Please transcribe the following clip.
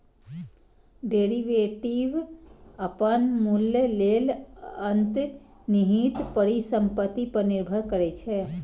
derivative अपन मूल्य लेल अंतर्निहित परिसंपत्ति पर निर्भर करै छै